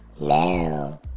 now